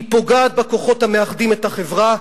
היא פוגעת בכוחות המאחדים את החברה.